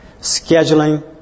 scheduling